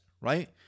right